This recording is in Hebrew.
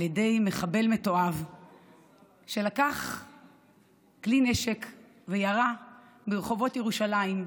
על ידי מחבל מתועב שלקח כלי נשק וירה ברחובות ירושלים,